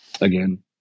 again